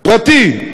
פרטי.